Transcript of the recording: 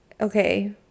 Okay